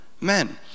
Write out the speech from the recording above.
men